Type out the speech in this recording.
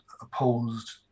opposed